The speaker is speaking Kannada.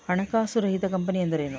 ಹಣಕಾಸು ರಹಿತ ಕಂಪನಿ ಎಂದರೇನು?